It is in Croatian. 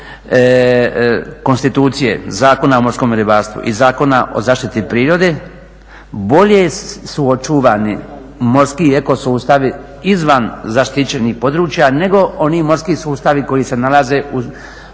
konstitucije Zakona o morskom ribarstvu i Zakona o zaštiti prirode, bolje su očuvani morski eko sustavi izvan zaštićenih područja nego oni morski sustavi koji se nalaze